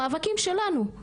המאבקים שלנו,